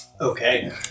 Okay